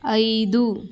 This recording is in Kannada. ಐದು